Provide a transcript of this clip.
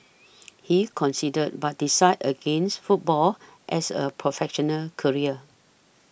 he considered but decided against football as a professional career